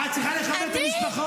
את צריכה לכבד את המשפחות.